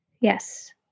Yes